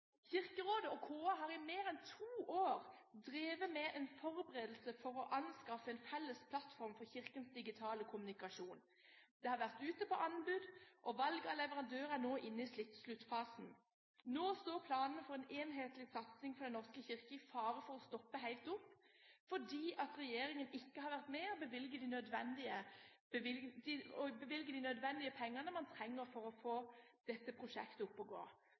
Kirkerådet og KA har i mer enn to år drevet med en forberedelse for å anskaffe en felles plattform for Kirkens digitale kommunikasjon. Det har vært ute på anbud, og valg av leverandør er nå inne i sluttfasen. Planene for en enhetlig satsing for Den norske kirke står nå i fare for å stoppe helt opp fordi regjeringen ikke har vært med på å bevilge de nødvendige pengene man trenger for å få dette prosjektet opp og gå.